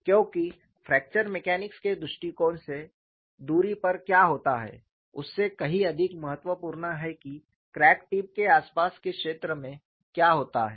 क्योंकि fracture mechanics के दृष्टिकोण से दूरी पर क्या होता है उससे कहीं अधिक महत्वपूर्ण है की क्रैक टिप के आस पास के क्षेत्र में क्या होता है